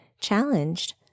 challenged